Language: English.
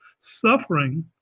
suffering